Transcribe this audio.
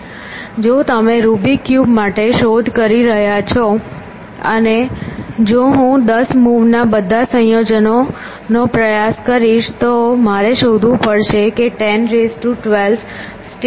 જો તમે Rubik cube માટે શોધ કરી રહ્યા છો અને જો હું 10 મૂવના બધા સંયોજનોનો પ્રયાસ કરીશ તો મારે શોધવું પડશે કે 10 12 સ્ટેટ માં શું છે